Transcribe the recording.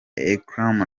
elcrema